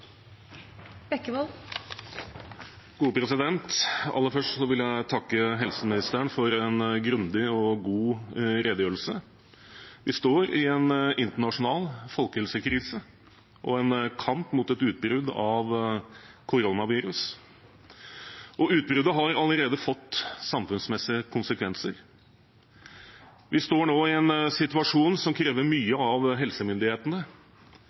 jeg takke helseministeren for en grundig og god redegjørelse. Vi står i en internasjonal folkehelsekrise og en kamp mot et utbrudd av koronavirus. Utbruddet har allerede fått samfunnsmessige konsekvenser. Vi står nå i en situasjon som krever mye av helsemyndighetene.